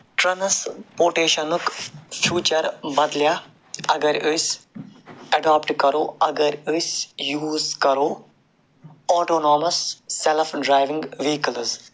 ٹرٛانٛسپوٹیٚشنُک future بدلہٕ اگر أسۍ ایڈاپٹہٕ کَرو اگر أسۍ یوٗز کَرو آٹونامس سیلٕف ڈرٛاوِنٛگ وہیٖکٕلٕز